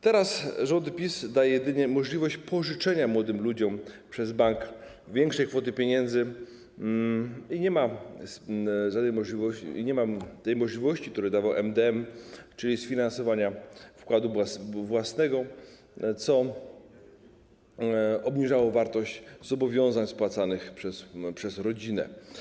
Teraz rząd PiS da jedynie możliwość pożyczenia młodym ludziom przez bank większej kwoty pieniędzy i nie ma tej możliwości, którą dawał MdM, czyli sfinansowania wkładu własnego, co obniżało wartość zobowiązań spłacanych przez rodzinę.